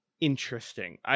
interesting